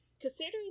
considering